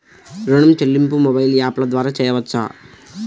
ఋణం చెల్లింపు మొబైల్ యాప్ల ద్వార చేయవచ్చా?